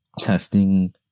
testing